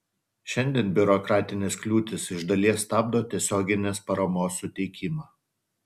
šiandien biurokratinės kliūtys iš dalies stabdo tiesioginės paramos suteikimą